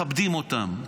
מכבדים אותם,